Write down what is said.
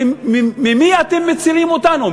ממי אתם מצילים אותנו?